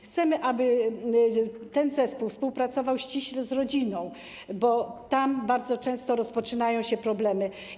Chcemy, aby ten zespół współpracował ściśle z rodziną, bo tam bardzo często rozpoczynają się problemy.